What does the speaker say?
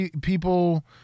people